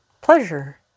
pleasure